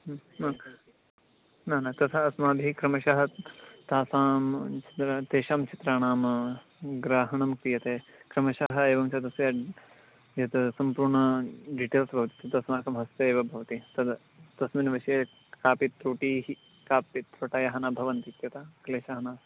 ह हा न न तथा अस्माभिः क्रमशः तासां चित्रं तेषां चित्राणां ग्राहणं क्रियते क्रमशः एवं च तस्य यत् सम्पूर्णं डिटेल्स् भवति तत् अस्माकं हस्ते एव भवति तद् तस्मिन् विषये कापि त्रुटिः कापि त्रुटयः न भवन्ति इत्यतः क्लेशाः नास्